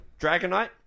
Dragonite